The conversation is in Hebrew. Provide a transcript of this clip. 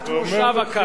תחילת מושב הקיץ.